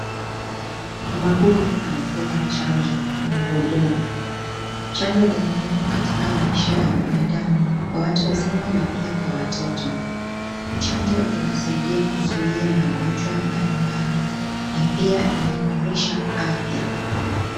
Mama huyu anapewa chanjo na muhudumu, chanjo ni muhimu katika maisha ya mwanadamu kwa watu wasima na pia na watoto, chanjo inasaidia kuzuia magonjwa mbalimbali na pia inaaimarisha afya.